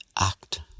act